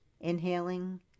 inhaling